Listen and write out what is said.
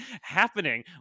happening